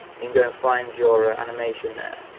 you go and find your animation there.